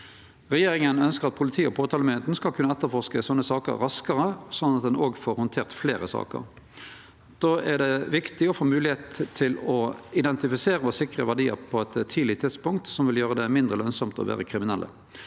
Regjeringa ønskjer at politiet og påtalemyndigheita skal kunne etterforske slike saker raskare, slik at ein òg får handtert fleire saker. Då er det viktig å få moglegheit til å identifisere og sikre verdiar på eit tidleg tidspunkt, noko som vil gjere det mindre lønsamt å vere kriminell.